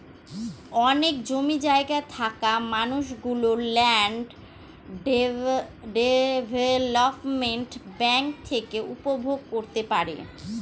অনেক জমি জায়গা থাকা মানুষ গুলো ল্যান্ড ডেভেলপমেন্ট ব্যাঙ্ক থেকে উপভোগ করতে পারে